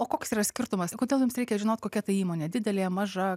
o koks yra skirtumas o kodėl jums reikia žinot kokia ta įmonė didelė maža